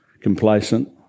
complacent